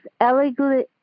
elegantly